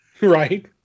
right